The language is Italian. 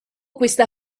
questa